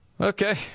Okay